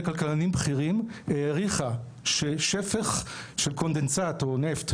כלכלנים בכירים העריכה ששפך של קונדנסט או נפט,